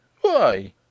Why